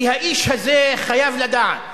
כי האיש הזה חייב לדעת